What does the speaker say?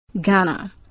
Ghana